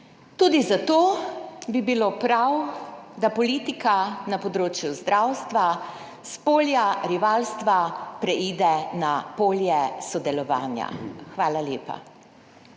Tudi zato bi bilo prav, da politika na področju zdravstva s polja rivalstva preide na polje sodelovanja. Hvala lepa.